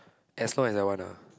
as long as I want ah